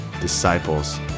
disciples